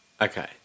Okay